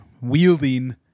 wielding